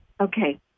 Okay